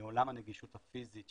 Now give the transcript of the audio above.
לעולם הנגישות הפיזית,